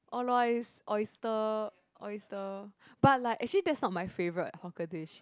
Or-Lua is oyster oyster but like actually that's not my favourite hawker dish